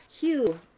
Hugh